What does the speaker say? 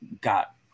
got